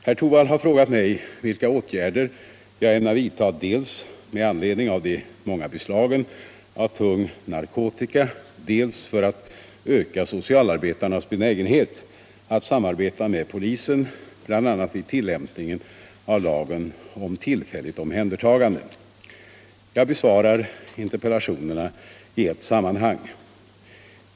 Herr Torwald har frågat mig vilka åtgärder jag ämnar vidta dels med anledning av de många beslagen av tung narkotika, dels för att öka socialarbetarnas benägenhet att samarbeta med polisen bl.a. vid ullämpningen av lagen om tillfälligt omhändertagande. Jag besvarar interpellationerna i ett sammanhang.